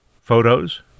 Photos